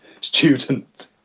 student